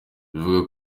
bivuga